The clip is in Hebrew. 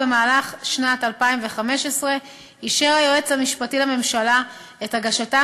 במהלך שנת 2015 אישר היועץ המשפטי לממשלה את הגשתם